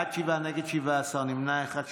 בעד, שבעה, נגד 17, נמנע אחד.